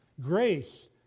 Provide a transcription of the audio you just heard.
grace